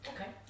Okay